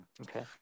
Okay